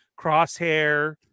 Crosshair